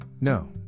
no